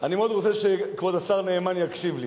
אני מאוד רוצה שכבוד השר נאמן יקשיב לי,